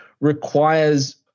requires